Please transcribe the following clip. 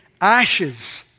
ashes